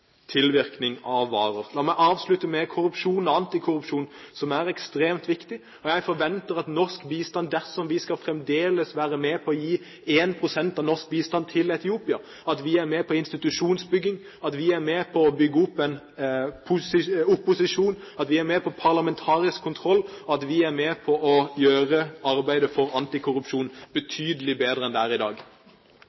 tilvirkning av varer. La meg avslutte med korrupsjon og antikorrupsjon, som er ekstremt viktig. Jeg forventer at norsk bistand, dersom vi fremdeles skal være med på å gi 1 pst. av norsk bistand til Etiopia, er med på institusjonsbygging, at vi er med på å bygge opp en opposisjon, at vi er med på parlamentarisk kontroll, og at vi er med på å gjøre arbeidet for antikorrupsjon